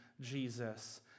Jesus